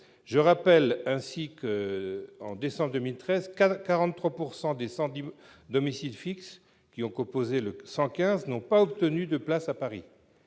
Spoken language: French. sociaux. Ainsi, en décembre 2013, 43 % des sans domicile fixe qui ont composé le 115 n'ont pas obtenu de place à Paris,